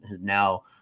now